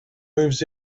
moves